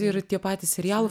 ir tie patys serialų